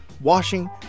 washing